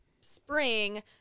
spring